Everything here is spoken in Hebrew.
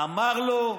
אמר לו: